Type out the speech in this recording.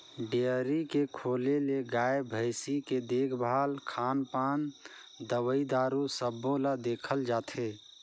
dairy के खोले ले गाय, भइसी के देखभाल, खान पान, दवई दारू सबो ल देखल जाथे